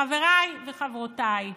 חבריי וחברותיי,